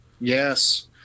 Yes